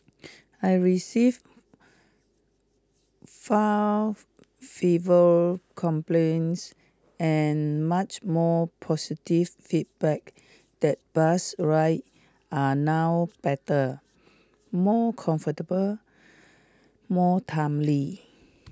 I receive far fever complaints and much more positive feedback that bus rides are now better more comfortable more timely